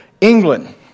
England